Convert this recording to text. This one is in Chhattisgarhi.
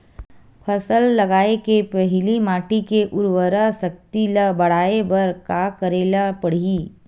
फसल लगाय के पहिली माटी के उरवरा शक्ति ल बढ़ाय बर का करेला पढ़ही?